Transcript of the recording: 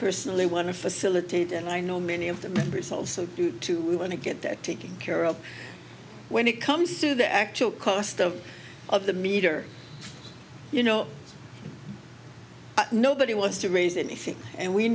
personally want to facilitate and i know many of the members also want to get that taking care of when it comes to the actual cost of of the meter you know nobody wants to raise anything and we